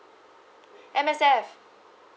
M_S_F